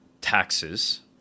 taxes